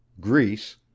Greece